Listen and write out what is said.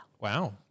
Wow